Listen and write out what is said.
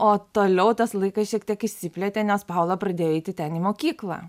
o toliau tas laikas šiek tiek išsiplėtė nes paula pradėjo eiti ten į mokyklą